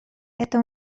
это